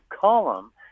column